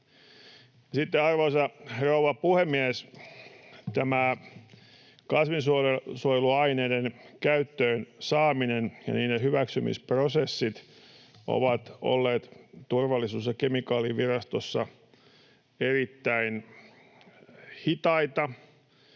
Arvoisa rouva puhemies! Kasvinsuojelusuojeluaineiden käyttöön saaminen ja niiden hyväksymisprosessit ovat olleet Turvallisuus‑ ja kemikaalivirastossa erittäin hitaita.